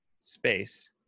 space